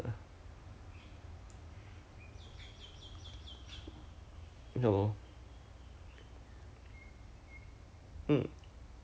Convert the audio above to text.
oh ya lah ya lor maybe 叫你回来一天 ah do all these things because even for 那个 the let the let right 那个 canopy building hor